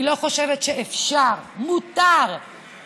אני חושבת שחוק מהסוג הזה יש בו גם איזו אמירה.